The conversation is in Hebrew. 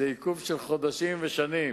זה עיכוב של חודשים ושנים.